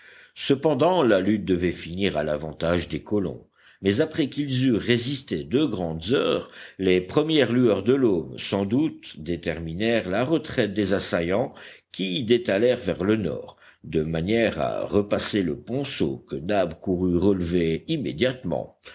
cependant la lutte devait finir à l'avantage des colons mais après qu'ils eurent résisté deux grandes heures les premières lueurs de l'aube sans doute déterminèrent la retraite des assaillants qui détalèrent vers le nord de manière à repasser le ponceau que nab courut relever immédiatement